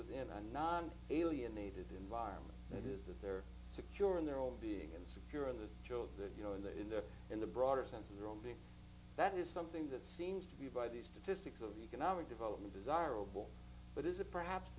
within a non alienated environment that is that they're secure in their own being and secure in the job that you know in the in their in the broader sense of their own being that is something that seems to be by these statistics of economic development desirable but is it perhaps